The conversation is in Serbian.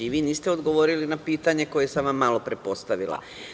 Vi niste odgovorili na pitanje koje sam vam malopre postavila.